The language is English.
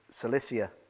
Cilicia